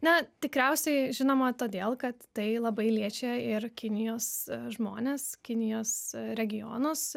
na tikriausiai žinoma todėl kad tai labai liečia ir kinijos žmones kinijos regionus